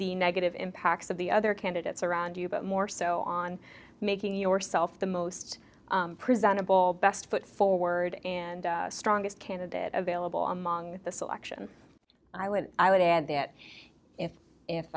the negative impacts of the other candidates around you but more so on making yourself the most preventable best foot forward and strongest candidate available among the selection i would i would add that if